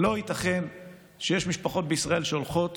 לא ייתכן שיש משפחות בישראל שהולכות